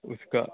उसका